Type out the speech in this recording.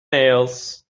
else